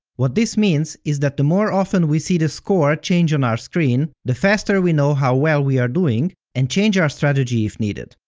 what this means is that the more often we see the score change on our screen, the faster we know how well we are doing and change our strategy if needed.